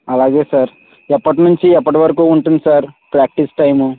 అలాగే సార్ ఎప్పటి నుంచి ఎప్పటి వరకు ఉంటుంది సార్ ప్రాక్టీస్ టైమ్